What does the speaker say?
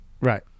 Right